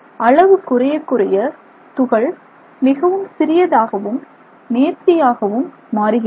அளவு குறையக் குறைய துகள் மிகவும் சிறியதாகவும் நேர்த்தியாகவும் மாறுகிறது